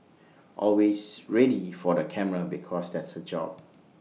always ready for the camera because that's her job